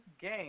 game